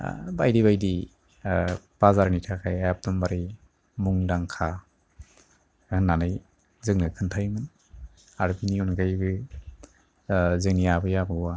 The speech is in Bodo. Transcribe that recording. बायदि बायदि बाजारनि थाखाय एकदमबारे मुंदांखा होननानै जोंनो खोन्थायोमोन आरो बेनि अनगायैबो जोंनि आबै आबौआ